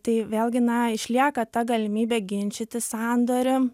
tai vėlgi na išlieka ta galimybė ginčyti sandorį